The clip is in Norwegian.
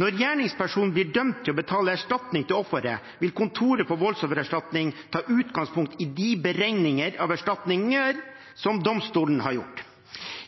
Når gjerningspersonen blir dømt til å betale erstatning til offeret, vil Kontoret for voldsoffererstatning ta utgangspunkt i de beregninger av erstatninger som domstolen har gjort.